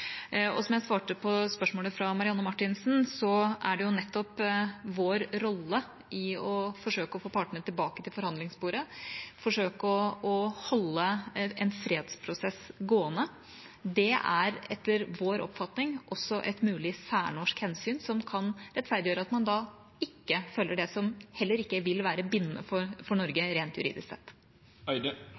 Som jeg svarte på spørsmålet fra Marianne Marthinsen, er det jo nettopp vår rolle i å forsøke å få partene tilbake til forhandlingsbordet, forsøke å holde en fredsprosess gående, som etter vår oppfatning også er et mulig særnorsk hensyn som kan rettferdiggjøre at man da ikke følger det som heller ikke vil være bindende for Norge rent juridisk sett.